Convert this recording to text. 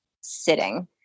sitting